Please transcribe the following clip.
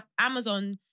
Amazon